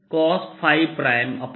r R